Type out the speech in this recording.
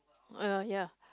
uh uh ya